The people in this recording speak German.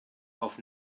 auf